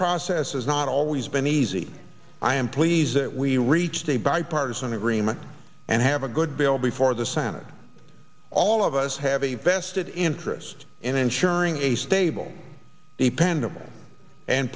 process has not always been easy i am pleased that we reached a bipartisan agreement and have a good bill before the senate all of us have a vested interest in ensuring a stable dependable and